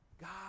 God